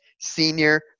senior